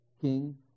king